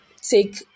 take